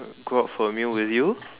go out for a meal with you